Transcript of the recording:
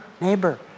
neighbor